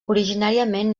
originàriament